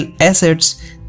assets